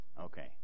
Okay